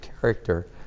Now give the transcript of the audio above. character